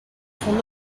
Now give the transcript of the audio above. son